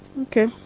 Okay